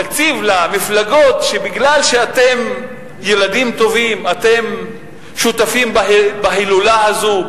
תקציב למפלגות שבגלל שאתם ילדים טובים ואתם שותפים בהילולה הזו,